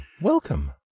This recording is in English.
Welcome